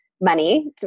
money